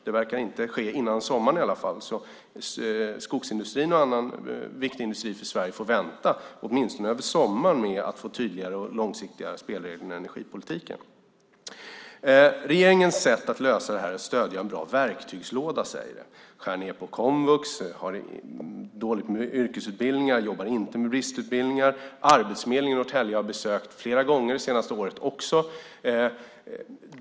Det verkar inte ske före sommaren i alla fall, så skogsindustrin och annan för Sverige viktig industri får vänta åtminstone över sommaren med att få tydliga och långsiktiga spelregler i energipolitiken. Regeringens sätt att lösa det här är att stödja en bra verktygslåda, sägs det. Man skär ned på komvux, har dåligt med yrkesutbildningar och jobbar inte med bristutbildningar. Arbetsförmedlingen i Norrtälje har jag besökt flera gånger det senaste året.